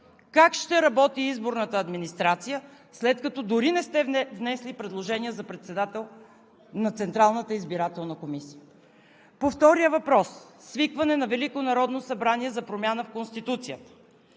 Как ще работи изборната администрация, след като дори не сте внесли предложения за председател на Централната избирателна комисия? По втория въпрос – свикване на Велико народно събрание за промяна в Конституцията.